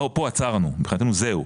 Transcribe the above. פה עצרנו מבחינתנו זהו,